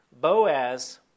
Boaz